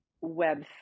web